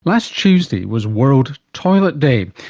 last tuesday was world toilet day,